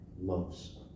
loves